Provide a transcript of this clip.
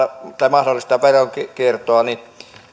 mahdollistaa veronkiertoa